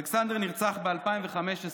אלכסנדר נרצח ב-2015,